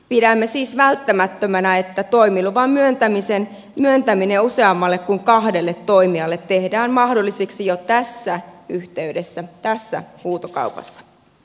pidämme siis välttämättömänä että toimiluvan myöntäminen useammalle kuin kahdelle toimijalle tehdään mahdolliseksi jo tässä yhteydessä tässä huutokaupassa